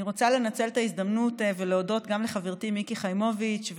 אני רוצה לנצל את ההזדמנות ולהודות גם לחברתי מיקי חיימוביץ',